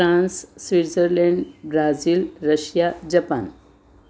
France Switzerland Brazil Russia Japan